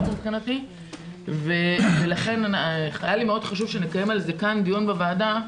מבחינתי ולכן היה לי מאוד חשוב שנקיים על זה כאן דיון בוועדה,